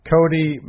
Cody